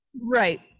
Right